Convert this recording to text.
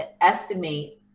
estimate